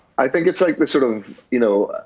i think it's, like, the sort of you know,